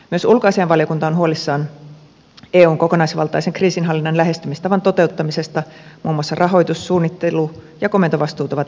myös ulkoasiainvaliokunta on huolissaan eun kokonaisvaltaisen kriisinhallinnan lähestymistavan toteuttamisesta muun muassa rahoitus suunnittelu ja komentovastuut ovat erillään